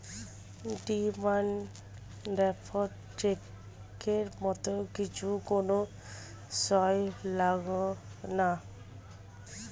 demand draft চেকের মত কিছু কোন সই লাগেনা